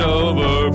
over